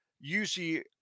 usually